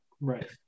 Right